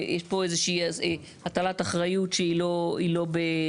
ויש פה איזושהי הטלת אחריות שהיא לא הגיונית.